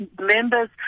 members